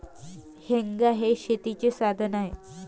हेंगा हे शेतीचे साधन आहे